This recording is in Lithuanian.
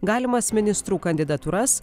galimas ministrų kandidatūras